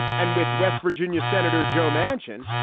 and with west virginia senator joe manchin,